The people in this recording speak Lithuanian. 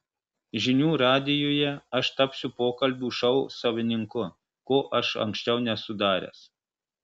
žinių radijuje aš tapsiu pokalbių šou savininku ko aš anksčiau nesu daręs